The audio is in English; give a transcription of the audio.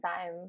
time